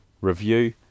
review